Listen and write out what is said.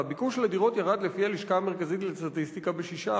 והביקוש לדירות ירד לפי הלשכה המרכזית לסטטיסטיקה ב-6%.